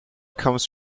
comes